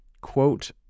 quote